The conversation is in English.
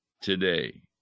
today